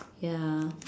ya